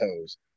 toes